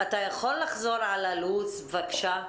אתה יכול לחזור על הלו"ז בבקשה?